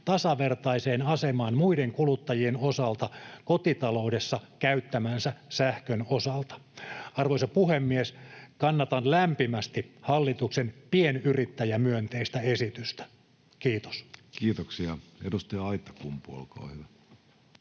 tasavertaiseen asemaan muiden kuluttajien kanssa kotitaloudessa käyttämänsä sähkön osalta. Arvoisa puhemies! Kannatan lämpimästi hallituksen pienyrittäjämyönteistä esitystä. — Kiitos. Kiitoksia. — Edustaja Aittakumpu, olkaa hyvä.